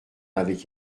avec